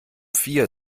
vier